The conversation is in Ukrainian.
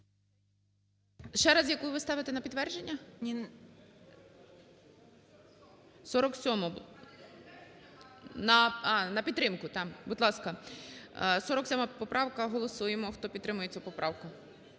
Ще раз, яку ви ставите на підтвердження? 47-у, на підтримку. Будь ласка, 47 поправка. Голосуємо, хто підтримує цю поправку.